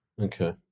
Okay